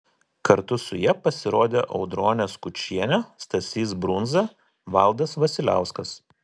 kartu su ja pasirodė audronė skučienė stasys brundza valdas vasiliauskas